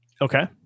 Okay